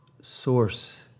source